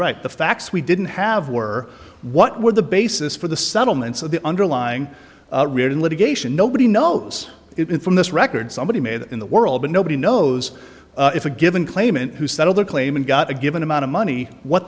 right the facts we didn't have were what were the basis for the settlement so the underlying written litigation nobody knows it in from this record somebody made in the world but nobody knows if a given claimant who settled their claim and got a given amount of money what